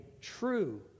true